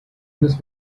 this